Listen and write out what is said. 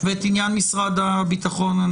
יש את עניין משרד הרווחה והביטחון החברתי,